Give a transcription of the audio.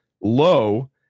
low